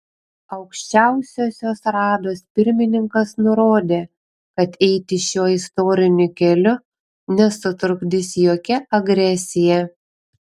aukščiausiosios rados pirmininkas nurodė kad eiti šiuo istoriniu keliu nesutrukdys jokia agresija